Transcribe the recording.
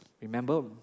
Remember